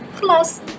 plus